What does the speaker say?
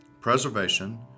preservation